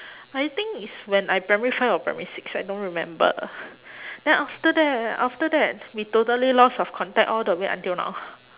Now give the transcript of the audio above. I think is when I primary five or primary six I don't remember then after that after that we totally lost of contact all the way until now